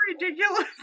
ridiculous